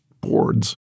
boards